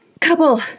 Couple